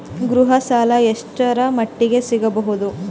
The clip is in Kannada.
ಗೃಹ ಸಾಲ ಎಷ್ಟರ ಮಟ್ಟಿಗ ಸಿಗಬಹುದು?